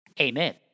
Amen